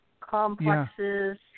complexes